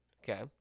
Okay